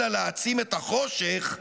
אלא להעצים את החושך,